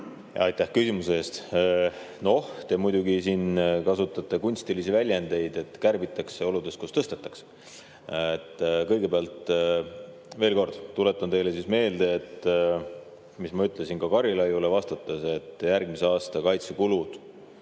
Aitäh küsimuse eest! Noh, te muidugi kasutate kunstilisi väljendeid, et kärbitakse oludes, kus tõstetakse. Kõigepealt veel kord: tuletan teile meelde, mida ma ütlesin ka Karilaiule vastates. Järgmise aasta kaitsekulud